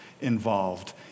involved